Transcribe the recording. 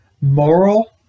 Moral